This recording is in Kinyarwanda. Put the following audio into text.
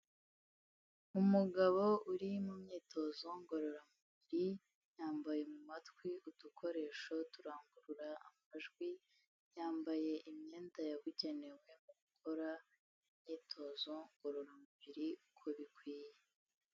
Umugabo uri mu myitozo ngororamubiri, yambaye mu matwi udukoresho turangurura amajwi, yambaye imyenda yabugenewe mu gukora imyitozo ngororamubiri uko bikwiye.